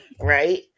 right